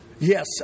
Yes